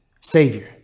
savior